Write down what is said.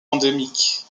endémique